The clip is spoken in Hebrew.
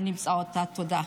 תודה.